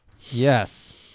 Yes